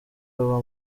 haba